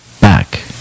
back